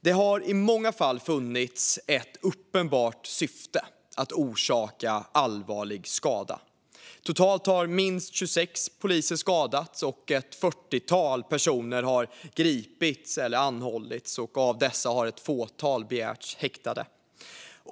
Det har i många fall funnits ett uppenbart syfte att orsaka allvarlig skada. Totalt har minst 26 poliser skadats och ett fyrtiotal personer gripits eller anhållits, och av dessa har ett fåtal begärts häktade.